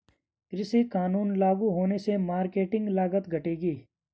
कृषि कानून लागू होने से मार्केटिंग लागत घटेगी